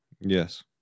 Yes